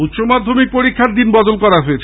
উচ্চ মাধ্যমিক পরীক্ষার দিন বদল করা হয়েছে